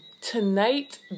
tonight